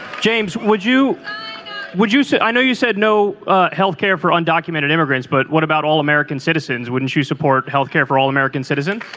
james would you would use it i know you said no health care for undocumented immigrants. but what about all american citizens wouldn't you support health care for all american citizens.